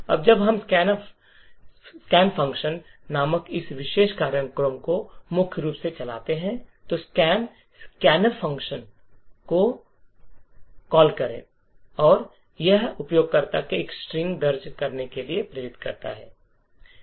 अब जब आप स्कैन नामक इस विशेष कार्यक्रम को मुख्य रूप से चलाते हैं तो स्कैन स्कैनफ़ को कॉल करें और यह उपयोगकर्ता को एक स्ट्रिंग दर्ज करने के लिए प्रेरित करता है